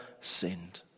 sinned